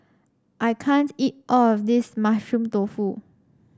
I can't eat all of this Mushroom Tofu